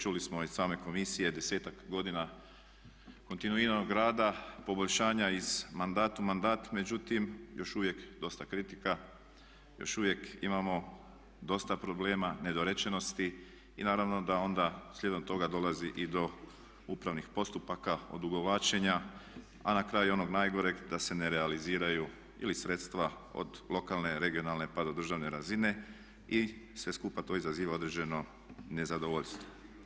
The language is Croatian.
Čuli smo i od same komisije desetak godina kontinuiranog rada, poboljšanja iz mandata u mandat, međutim još uvijek dosta kritika, još uvijek imamo dosta problema, nedorečenosti i naravno da onda slijedom toga dolazi i do upravnih postupaka, odugovlačenja, a na kraju i onog najgoreg da se ne realiziraju ili sredstva od lokalne, regionalne, pa do državne razine i sve skupa to izaziva određeno nezadovoljstvo.